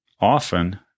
often